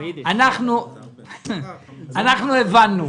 אנחנו הבנו.